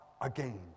again